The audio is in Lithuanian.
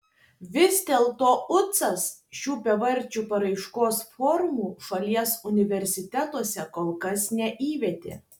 vis dėlto ucas šių bevardžių paraiškos formų šalies universitetuose kol kas neįvedė